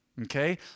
Okay